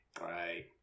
Right